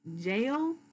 jail